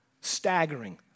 Staggering